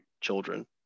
children